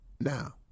Now